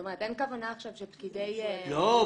אין כוונה עכשיו שפקידי --- ברור.